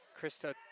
Krista